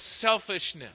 selfishness